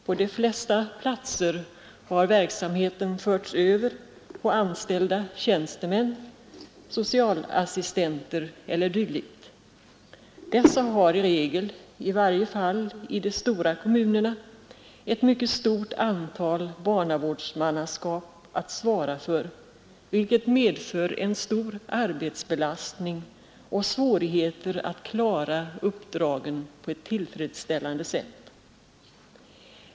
På de flesta platser har verksamheten förts över på anställda tjänstemän, socialassistenter e. d. Dessa har i regel, i varje fall i de stora kommunerna, ett mycket stort antal barnavårdsmannaskap att svara för, vilket medför en stor arbetsbelastning och svårigheter att klara uppdragen på ett tillfredsställande sätt.